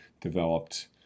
developed